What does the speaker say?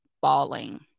falling